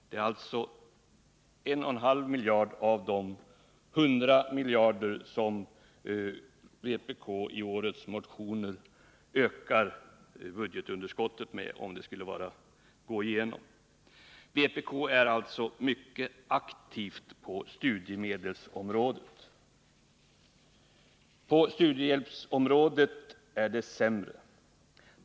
Det är 1,5 miljarder av de 100 miljarder som vpk i årets motioner ökar budgetunderskottet med, om deras motioner skulle gå igenom. Vpk är alltså mycket aktivt på studiemedelsområdet. På studiehjälpsområdet är det sämre.